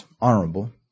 honorable